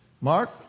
Mark